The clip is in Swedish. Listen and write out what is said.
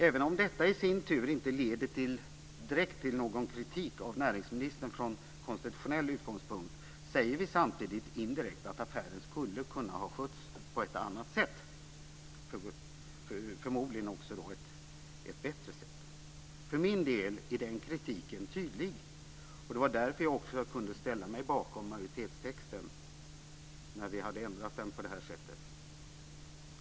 Även om detta i sin tur inte direkt leder till någon kritik av näringsmininstern från konstitutionell utgångspunkt säger vi samtidigt indirekt att affären skulle ha kunnat skötas på ett annat sätt, förmodligen också på ett bättre sätt. För min del är den kritiken tydlig. Det var därför jag också kunde ställa mig bakom majoritetstexten när vi hade ändrat den på det här sättet.